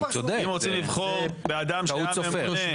אם רוצים לבחור באדם שהיה ממונה --- טעות סופר.